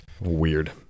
weird